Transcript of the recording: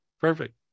Perfect